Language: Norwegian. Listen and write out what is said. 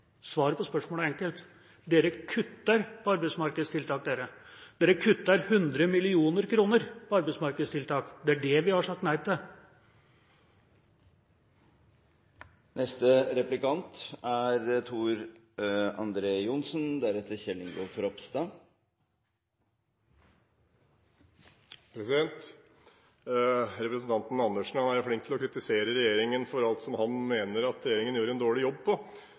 Svaret på spørsmålet er enkelt: De kutter i arbeidsmarkedstiltak – de kutter 100 mill. kr i arbeidsmarkedstiltak. Det er det vi har sagt nei til. Representanten Andersen er flink til å kritisere regjeringen for alt som han mener at regjeringen gjør en dårlig jobb på.